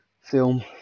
film